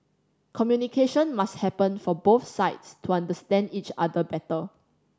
communication must happen for both sides to understand each other better